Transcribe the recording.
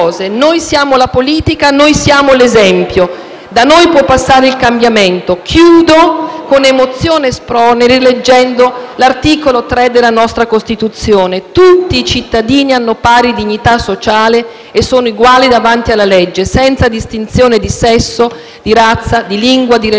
In quest'Aula oggi con emozione e come sprone lasciatemi rileggere l'articolo 3 della nostra Costituzione: «tutti i cittadini hanno pari dignità sociale e sono eguali davanti alla legge, senza distinzione di sesso, di razza, di lingua, di religione, di opinioni politiche, di condizioni personali e sociali.